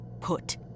put